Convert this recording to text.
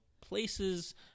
places